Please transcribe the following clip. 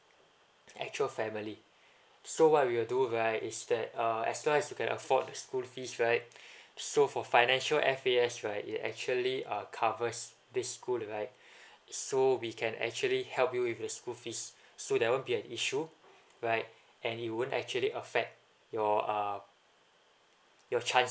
actual family so what we'll do right is that uh as well as you can afford the school fees right so for financial F_A_S right it actually uh covers the school like so we can actually help you with the school fees so that won't be an issue right and it won't actually affect your ah your child